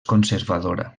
conservadora